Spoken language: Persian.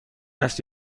است